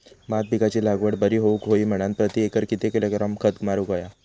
भात पिकाची लागवड बरी होऊक होई म्हणान प्रति एकर किती किलोग्रॅम खत मारुक होया?